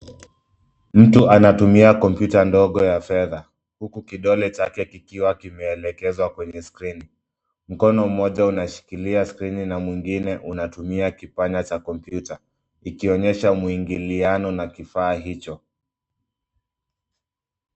Mtu anatumia kompyuta ndogo ya fedha, huku kidole chake kikiwa kimeelekezwa kwenye skirini. Mkono mmoja unashikilia skirini na mwingine unatumia kipanya cha kompyuta, ikionyesha mwingiliano na kifaa hicho.